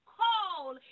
call